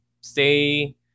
stay